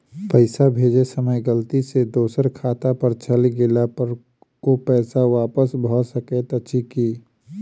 पैसा भेजय समय गलती सँ दोसर खाता पर चलि गेला पर ओ पैसा वापस भऽ सकैत अछि की?